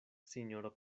sinjoro